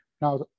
Now